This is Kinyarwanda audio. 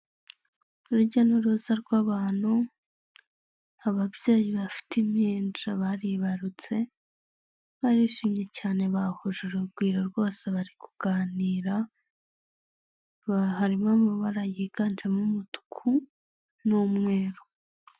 Urujya n'uruza rw'abantu, ababyeyi bafite impinja baribarutse, barishimye cyane bahuje urugwiro rwose bari kuganira, harimo amabara yiganjemo umutuku n'umweru.